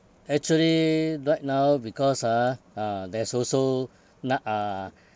actually right now because ah ah there's also not uh